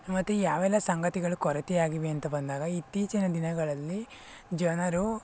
ಮತ್ತು ಯಾವೆಲ್ಲ ಸಂಗತಿಗಳು ಕೊರತೆ ಆಗಿವೆ ಅಂತ ಬಂದಾಗ ಇತ್ತೀಚಿನ ದಿನಗಳಲ್ಲಿ ಜನರು